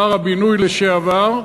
שר הבינוי לשעבר,